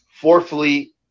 Fourthly